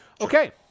Okay